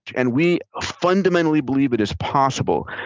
and we ah fundamentally believe it is possible.